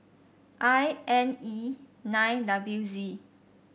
I N E nine W Z